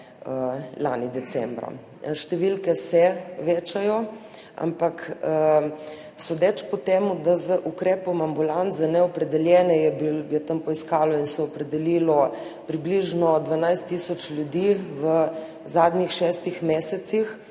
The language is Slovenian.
lani decembra. Številke se večajo, ampak sodeč po tem, da je zaradi ukrepa ambulant za neopredeljene tam poiskalo in se opredelilo približno 12 tisoč ljudi v zadnjih šestih mesecih,